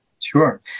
Sure